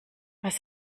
was